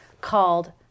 called